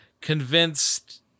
convinced